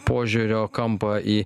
požiūrio kampą į